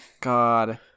God